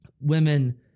women